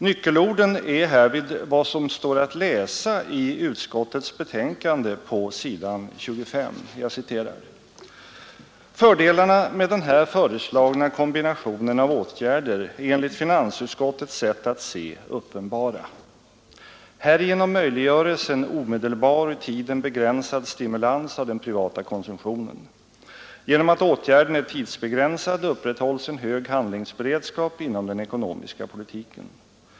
Nyckelorden är härvid vad som står att läsa i utskottets betänkande på s. 25: ”Fördelarna med den här föreslagna kombinationen av åtgärder är enligt finansutskottets sätt att se uppenbara. Härigenom möjliggörs en omedelbar och i tiden begränsad stimulans av den privata konsumtionen. Genom att åtgärden är tidsbegränsad upprätthålls en hög handlingsberedskap inom den ekonomiska politiken.